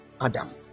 adam